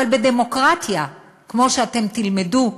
אבל בדמוקרטיה, כמו שאתם תלמדו,